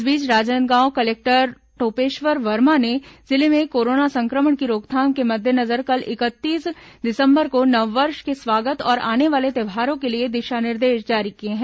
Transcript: इस बीच राजनांदगांव कलेक्टर टोपेश्वर वर्मा ने जिले में कोरोना संक्रमण की रोकथाम के मद्देनजर कल इकतीस दिसंबर को नववर्ष के स्वागत और आने वाले त्यौहारों के लिए दिशा निर्देश जारी किए हैं